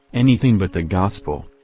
anything but the gospel!